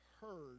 heard